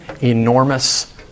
enormous